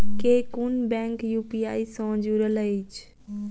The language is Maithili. केँ कुन बैंक यु.पी.आई सँ जुड़ल अछि?